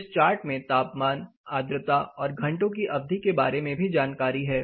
इस चार्ट में तापमान आर्द्रता और घंटों की अवधि के बारे में भी जानकारी है